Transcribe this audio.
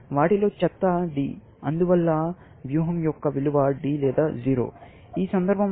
వాటిలో చెత్త D అందువల్ల వ్యూహం యొక్క విలువ D లేదా 0 ఈ సందర్భంలో